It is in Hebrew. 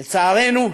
לצערנו,